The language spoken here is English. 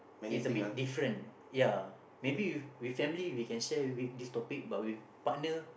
is a bit different ya maybe with with family we can share with this topic but with partner